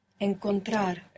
Encontrar